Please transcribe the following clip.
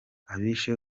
abishe